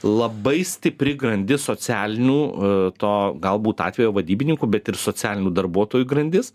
labai stipri grandis socialinių to galbūt atvejo vadybininkų bet ir socialinių darbuotojų grandis